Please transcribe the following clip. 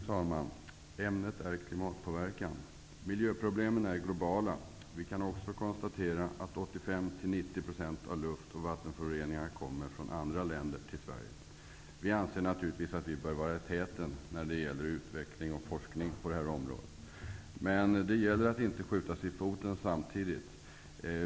Fru talman! Ämnet för debatten är klimatpåverkan. Miljöproblemen är globala. Vi kan också konstatera att 85--90 % av luft och vattenföroreningar kommer från andra länder till Sverige. Ny demokrati anser naturligtvis att vi bör vara i täten när det gäller utveckling och forskning på detta område, men det gäller att inte skjuta sig i foten samtidigt.